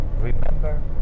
Remember